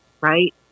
Right